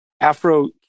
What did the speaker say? Afro